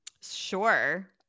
Sure